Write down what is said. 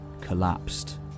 collapsed